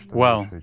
well,